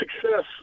success